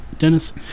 Dennis